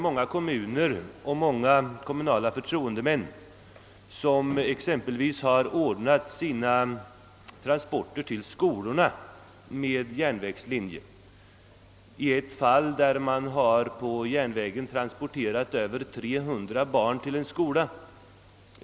Många kommuner har ordnat sina skoltransporter med järnvägslinjer. I ett fall har man på järnväg transporterat över 300 barn till en skola.